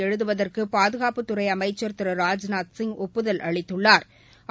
எழுதுவதற்கு பாதுகாப்புத்துறை அமைச்சா் திரு ராஜ்நாத்சிங் ஒப்புதல் அளித்துள்ளாா்